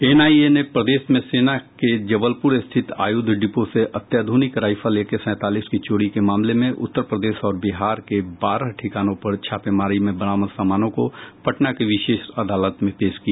NIA ने मध्यप्रदेश में सेना के जबलपुर स्थित आयुध डिपो से अत्याधुनिक राइफल एके सैंतालीस की चोरी के मामले में उत्तर प्रदेश और बिहार के बारह ठिकानों पर छापेमारी में बरामद सामानों को पटना की विशेष अदालत में पेश किया